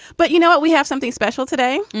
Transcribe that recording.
but you know what? we have something special today.